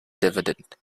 dividend